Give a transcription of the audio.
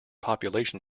population